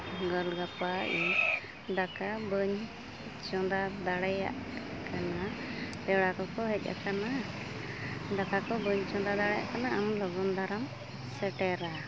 ᱜᱟᱞᱜᱟᱯᱟ ᱤᱧ ᱫᱟᱠᱟ ᱵᱟᱹᱧ ᱪᱚᱸᱫᱟ ᱫᱟᱲᱮᱭᱟᱜ ᱠᱟᱱᱟ ᱯᱮᱲᱟ ᱠᱚᱠᱚ ᱦᱮᱡ ᱟᱠᱟᱱᱟ ᱫᱟᱠᱟ ᱠᱚ ᱵᱟᱹᱧ ᱪᱚᱸᱫᱟ ᱫᱟᱲᱮᱭᱟᱜ ᱠᱟᱱᱟ ᱟᱢ ᱞᱚᱜᱚᱱ ᱫᱷᱟᱨᱟᱢ ᱥᱮᱴᱮᱨᱟ